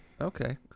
Okay